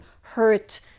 hurt